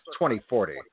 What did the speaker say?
2040